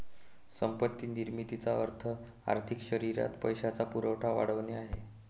संपत्ती निर्मितीचा अर्थ आर्थिक शरीरात पैशाचा पुरवठा वाढवणे आहे